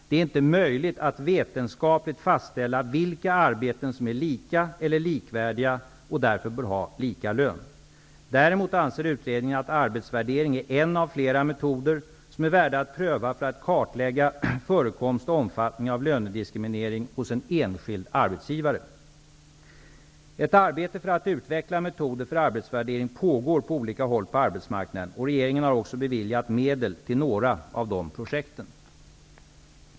Det är inte möjligt att vetenskapligt fastställa vilka arbeten som är lika eller likvärdiga och därför bör ha lika lön. Däremot anser utredningen att arbetsvärdering är en av flera metoder som är värda att prövas för att kartlägga förekomst och omfattning av lönediskriminering hos en enskild arbetsgivare. Ett arbete för att utveckla metoder för arbetsvärdering pågår på olika håll på arbetsmarknaden. Regeringen har också beviljat medel till några av dessa projekt.